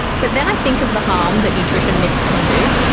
but then i think of the harm that nutrition myths can do,